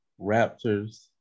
Raptors